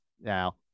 Now